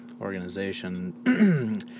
organization